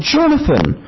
Jonathan